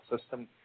system